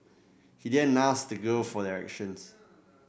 he then asked the girl for directions